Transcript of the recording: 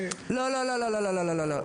לא, לא, לא.